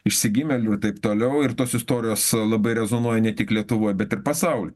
išsigimėlių ir taip toliau ir tos istorijos e labai rezonuoja ne tik lietuvoj bet ir pasauly